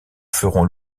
feront